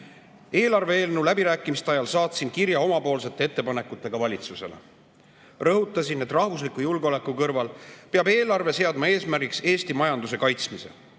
Eelarve eelnõu läbirääkimiste ajal saatsin valitsusele kirja oma ettepanekutega. Rõhutasin, et rahvusliku julgeoleku kõrval peab eelarve seadma eesmärgiks Eesti majanduse kaitsmise.